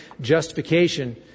justification